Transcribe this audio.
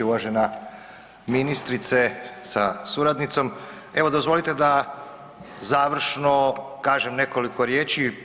Uvažena ministrice sa suradnicom, evo dozvolite da završno kažem nekoliko riječi.